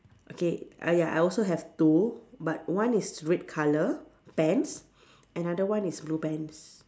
okay ah ya I also have two but one is red colour pants another one is blue pants